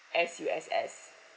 S_U_S_S